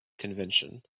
Convention